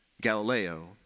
Galileo